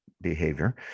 behavior